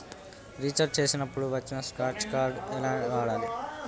Recharge చేసినప్పుడు వచ్చిన scratch card ఎలా వాడాలి?